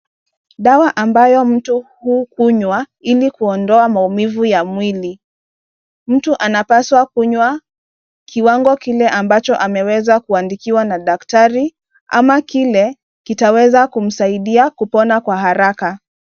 Dawa ambayo mtu hukunywa ili kuondoa maumivu ya mwili. Mtu anapaswa kunywa kiwango kile ambacho ameweza kuandikiwa na daktari ama kile kitaweza kumsaidia kupona kwa haraka.